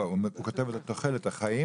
לא, הוא כותב תוחלת החיים.